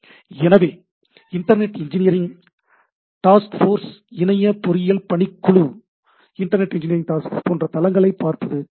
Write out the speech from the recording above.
எனவே Internet Engineering Task Force இணைய பொறியியல் பணிக்குழு Internet Engineering Task Force போன்ற தளங்களைப் பார்ப்பது நல்லது